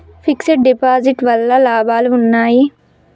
Fix డ్ deposit వల్ల లాభాలు ఉన్నాయి?